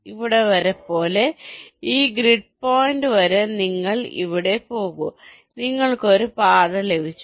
ഇവിടെ വരെ പോലെ ഈ ഗ്രിഡ് പോയിന്റ് വരെ നിങ്ങൾ ഇവിടെ പോകൂ നിങ്ങൾക്ക് ഒരു പാത ലഭിച്ചു